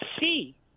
see